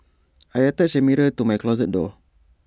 I attached A mirror to my closet door